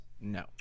No